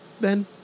Ben